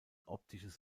optisches